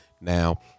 Now